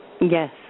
Yes